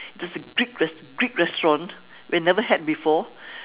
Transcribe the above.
there's a greek res~ greek restaurant we never had before